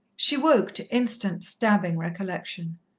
she woke to instant, stabbing recollection.